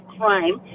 crime